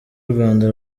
rwanda